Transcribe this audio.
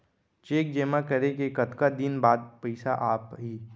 Cheque जेमा करें के कतका दिन बाद पइसा आप ही?